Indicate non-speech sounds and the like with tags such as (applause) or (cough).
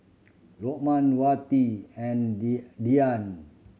Lokman Wati and (unintelligible) Dian